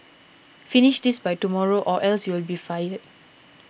finish this by tomorrow or else you'll be fired